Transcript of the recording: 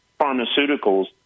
pharmaceuticals